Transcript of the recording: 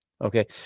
Okay